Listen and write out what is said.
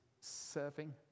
serving